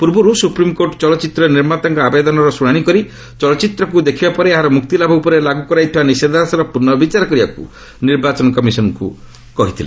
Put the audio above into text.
ପୂର୍ବରୁ ସୁପ୍ରିମ୍କୋର୍ଟ ଚଳଚ୍ଚିତ୍ର ନିର୍ମାତାଙ୍କ ଆବେଦନର ଶୁଣାଶି କରି ଚଳଚ୍ଚିତ୍ରକୁ ଦେଖିବା ପରେ ଏହାର ମୁକ୍ତିଲାଭ ଉପରେ ଲାଗୁ କରାଯାଇଥିବା ନିଷେଧାଜ୍ଞାର ପୁନର୍ବିଚାର କରିବାକୁ ନିର୍ବାଚନ କମିଶନ୍ଙ୍କୁ କହିଥିଲେ